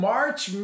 March